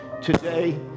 today